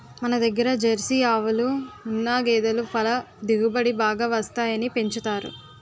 మనదగ్గర జెర్సీ ఆవులు, ముఱ్ఱా గేదులు పల దిగుబడి బాగా వస్తాయని పెంచుతారు